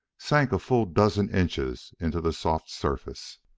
sank a full dozen inches into the soft surface.